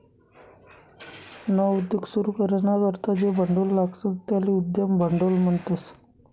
नवा उद्योग सुरू कराना करता जे भांडवल लागस त्याले उद्यम भांडवल म्हणतस